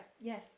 yes